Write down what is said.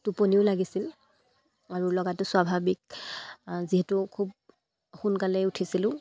টোপনিও লাগিছিল আৰু লগাটো স্বাভাৱিক যিহেতু খুব সোনকালে উঠিছিলোঁ